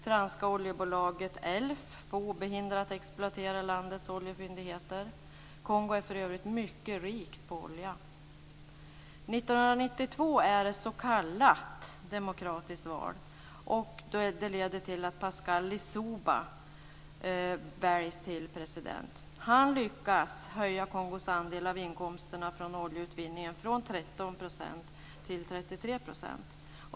Franska oljebolaget Elf får obehindrat exploatera landets oljefyndigheter. Kongo är för övrigt mycket rikt på olja. År 1992 är det ett s.k. demokratiskt val. Det leder till att Pascal Lissouba väljs till president. Han lyckas höja Kongos andel av inkomsterna från oljeutvinningen från 13 % till 33 %.